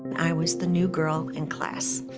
i was the new girl in class,